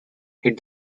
hit